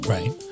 Right